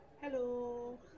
Hello